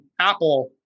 Apple